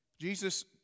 Jesus